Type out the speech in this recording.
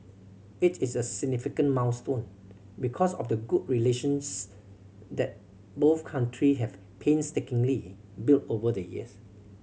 it is a significant milestone because of the good relations that both country have painstakingly built over the years